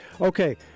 Okay